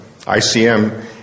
ICM